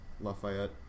Lafayette